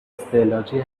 استعلاجی